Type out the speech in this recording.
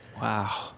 Wow